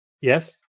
Yes